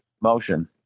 motion